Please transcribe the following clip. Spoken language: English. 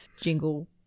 Jingle